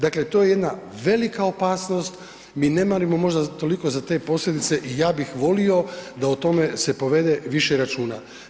Dakle, to je jedna velika opasnost, mi ne marimo možda toliko za te posljedice i ja bih volio da o tome se povede više računa.